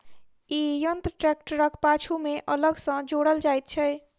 ई यंत्र ट्रेक्टरक पाछू मे अलग सॅ जोड़ल जाइत छै